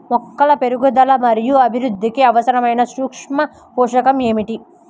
మొక్కల పెరుగుదల మరియు అభివృద్ధికి అవసరమైన సూక్ష్మ పోషకం ఏమిటి?